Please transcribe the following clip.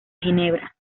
ginebra